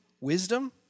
wisdom